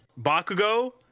Bakugo